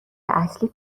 اصلی